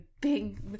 big